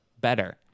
better